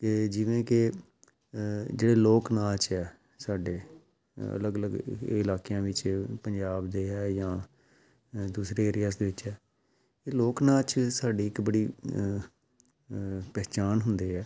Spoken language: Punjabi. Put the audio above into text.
ਅਤੇ ਜਿਵੇਂ ਕਿ ਜਿਹੜੇ ਲੋਕ ਨਾਚ ਆ ਸਾਡੇ ਅਲੱਗ ਅਲੱਗ ਇਲਾਕਿਆਂ ਵਿੱਚ ਪੰਜਾਬ ਦੇ ਹੈ ਜਾਂ ਦੂਸਰੇ ਏਰੀਆਜ਼ ਦੇ ਵਿੱਚ ਹੈ ਇਹ ਲੋਕ ਨਾਚ ਸਾਡੀ ਇੱਕ ਬੜੀ ਪਹਿਚਾਣ ਹੁੰਦੇ ਆ